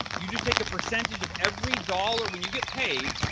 you just take a percentage of every dollar. when you get paid,